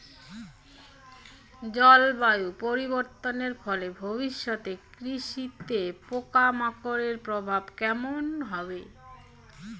জলবায়ু পরিবর্তনের ফলে ভবিষ্যতে কৃষিতে পোকামাকড়ের প্রভাব কেমন হবে?